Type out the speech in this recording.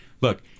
look